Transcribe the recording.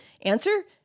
Answer